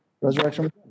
Resurrection